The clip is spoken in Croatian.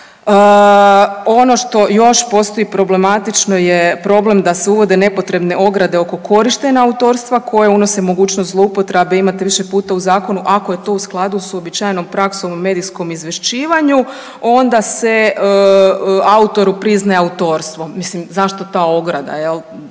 Ono što još postoji problematično je problem da se uvode nepotrebne ograde oko korištenja autorstva koje unose mogućnost zloupotrebe. Imate više puta u zakonu ako je to u skladu sa uobičajenom praksom u medijskom izvješćivanju onda se autoru priznaje autorstvo. Mislim zašto ta ograda jel'?